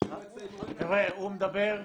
הוא מדבר,